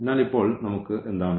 അതിനാൽ ഇപ്പോൾ നമുക്ക് എന്താണ്